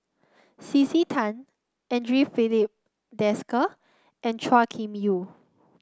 C C Tan Andre Filipe Desker and Chua Kim Yeow